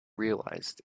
realized